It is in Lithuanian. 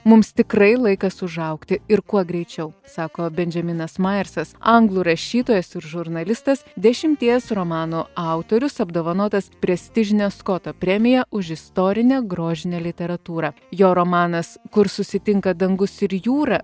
mums tikrai laikas užaugti ir kuo greičiau sako benjaminas majersas anglų rašytojas ir žurnalistas dešimties romanų autorius apdovanotas prestižine skoto premija už istorinę grožinę literatūrą jo romanas kur susitinka dangus ir jūra